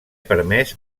permès